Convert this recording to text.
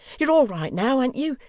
you're all right now, an't you?